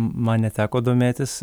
man neteko domėtis